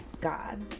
God